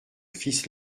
fils